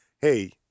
Hey